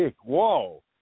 Whoa